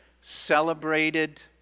celebrated